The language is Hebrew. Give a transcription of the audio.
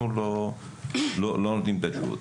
אנחנו לא נותנים את התשובות.